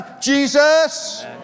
Jesus